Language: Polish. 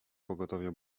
pogotowie